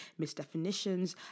misdefinitions